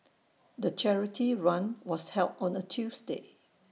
the charity run was held on A Tuesday